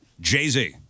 Jay-Z